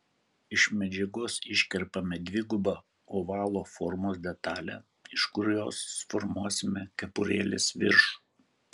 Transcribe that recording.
iš medžiagos iškerpame dvigubą ovalo formos detalę iš kurios formuosime kepurėlės viršų